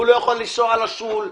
הוא לא יכול לנסוע על השול,